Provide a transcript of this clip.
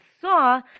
saw